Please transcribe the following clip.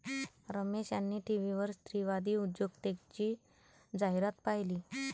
रमेश यांनी टीव्हीवर स्त्रीवादी उद्योजकतेची जाहिरात पाहिली